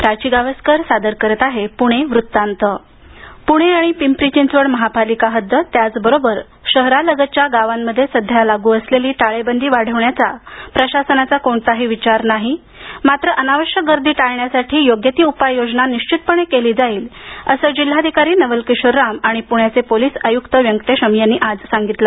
टाळेबंदी पुणे आणि पिंरी चिंचवड महापालिका हद्द त्याचबरोबर शहरालगतच्या गावात सध्या लागू असलेली टाळेबंदी वाढवण्याचा प्रशासनाचा कोणताही विचार नाही मात्र अनावश्यक गर्दी टाळण्यासाठी योग्य ती उपाय योजना निश्चितपणे केली जाईल असं जिल्हाधिकारी नवल किशोर राम आणि पूण्याचे पोलीस आयुक्त व्यंकटेशम यांनी आज सांगितलं